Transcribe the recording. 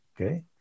okay